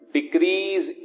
Decrease